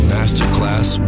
Masterclass